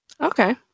Okay